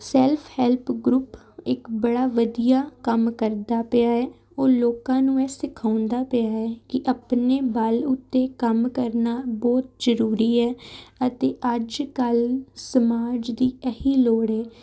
self help group ਇੱਕ ਬੜਾ ਵਧੀਆ ਕੰਮ ਕਰਦਾ ਪਿਆ ਹੈ ਉਹ ਲੋਕਾਂ ਨੂੰ ਇਹ ਸਿਖਾਉਂਦਾ ਪਿਆ ਹੈ ਕਿ ਆਪਣੇ ਬਲ ਉੱਤੇ ਕੰਮ ਕਰਨਾ ਬਹੁਤ ਜ਼ਰੂਰੀ ਹੈ ਅਤੇ ਅੱਜ ਕੱਲ੍ਹ ਸਮਾਜ ਦੀ ਇਹੀ ਲੋੜ ਹੈ